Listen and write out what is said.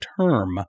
term